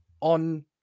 on